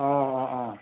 অঁ অঁ অঁ